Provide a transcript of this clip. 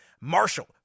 Marshall